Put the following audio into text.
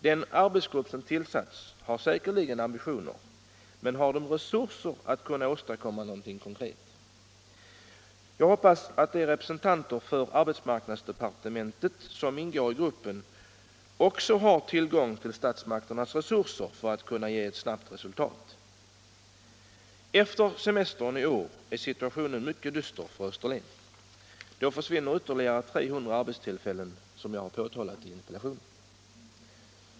Den arbetsgrupp som tillsatts har säkerligen ambitioner — men har den resurser att kunna åstadkomma någonting konkret? Jag hoppas att de representanter för arbetsmarknadsdepartementet som ingår i gruppen också har tillgång till statsmakternas resurser, så att ett snabbt resultat kan åstadkommas. Efter semestern i år är situationen mycket dyster för Österlen. Då försvinner ytterligare 300 arbetstillfällen, som jag påtalar i min interpellation.